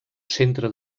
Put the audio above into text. centre